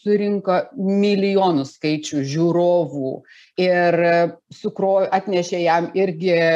surinko milijonus skaičių žiūrovų ir sukro atnešė jam irgi